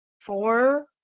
four